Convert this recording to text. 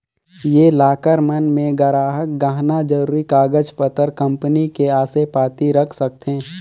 ये लॉकर मन मे गराहक गहना, जरूरी कागज पतर, कंपनी के असे पाती रख सकथें